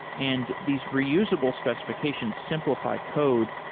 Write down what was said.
and these reusable specifi cations simplify code,